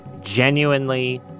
genuinely